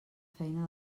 feina